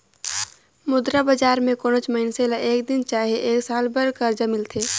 मुद्रा बजार में कोनोच मइनसे ल एक दिन चहे एक साल बर करजा मिलथे